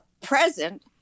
present